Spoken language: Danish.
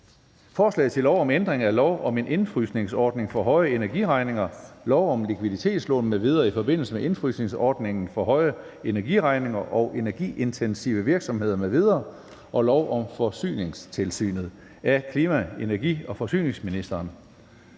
Forslag til lov om ændring af lov om en indefrysningsordning for høje energiregninger, lov om likviditetslån m.v. i forbindelse med indefrysningsordning for høje energiregninger og til energiintensive virksomheder m.v. og lov om Forsyningstilsynet. (Ændring af administrationsmodel